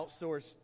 outsource